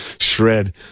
shred